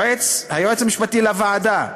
היועץ המשפטי לוועדה,